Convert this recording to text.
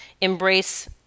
embrace